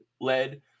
led